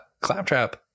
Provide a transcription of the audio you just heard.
Claptrap